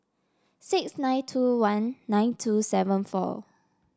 six nine two one nine two seven four